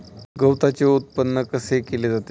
गवताचे उत्पादन कसे केले जाते?